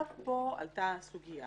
פה עלתה הסוגיה